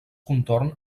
contorn